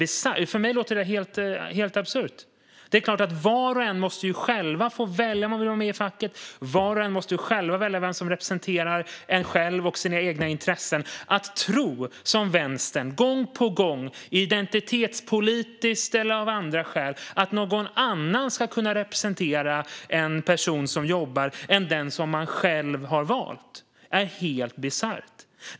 För mig låter det där helt absurt. Var och en måste självklart själv få välja om man vill vara med i facket och vem som representerar en själv och ens intressen. Vänstern verkar av identitetspolitiska eller andra skäl ständigt tro att någon annan ska kunna representera en själv än den man själv har valt. Detta är helt bisarrt.